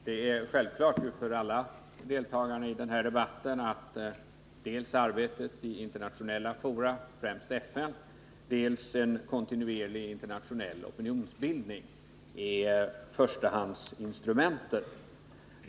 Det är självklart för alla deltagarna i den här debatten att dels arbetet i internationella fora — främst FN —, dels en kontinuerlig opinionsbildning är förstahandsinstrumenten.